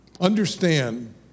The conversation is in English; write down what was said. Understand